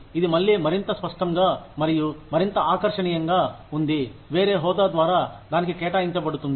ఇది మళ్లీ మరింత స్పష్టంగా మరియు మరింత ఆకర్షణీయంగా ఉంది వేరే హోదా ద్వారా దానికి కేటాయించబడుతుంది